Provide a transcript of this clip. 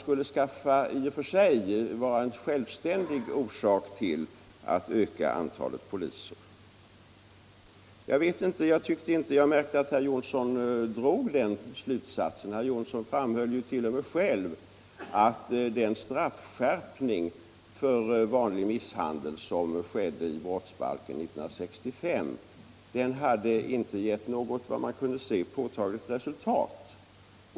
Eller kan det vara en självständig orsak till att öka antalet poliser? Jag tyckte inte att herr Jonsson i Alingsås drog den slutsatsen; herr Jonsson framhöll t.o.m. själv att den straffskärpning för vanlig misshandel som infördes i brottsbalken år 1965 inte hade givit något påtagligt resultat.